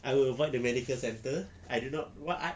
I will avoid the medical centre I do not what I